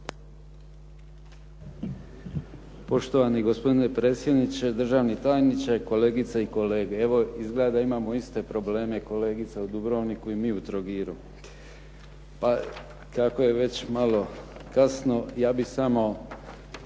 Poštovani gospodine predsjedniče, državni tajniče, kolegice i kolege. Evo, izgleda da imamo iste probleme kolegica u Dubrovniku i mi u Trogiru. Pa kako je već malo kasno, ja bih samo